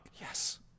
Yes